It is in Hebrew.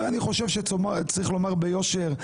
אני חושב שצריך לומר ביושר,